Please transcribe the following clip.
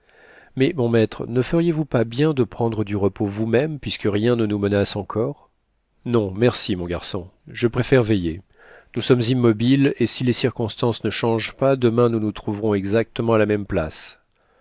mais mon maître ne feriez-vous pas bien de prendre du repos vous même puisque rien ne nous menace encore non merci mon garçon je préfère veiller nous sommes immobiles et si les circonstances ne changent pas demain nous nous trouverons exactement à la même place